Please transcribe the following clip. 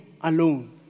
alone